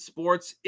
Sports